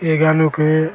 ये गानों के